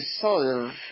solve